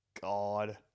God